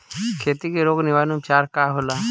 खेती के रोग निवारण उपचार का होला?